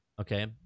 okay